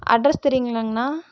address தெரியுங்களாங்கண்ணா